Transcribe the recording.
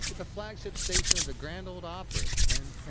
the flagship station of the grand ole opry and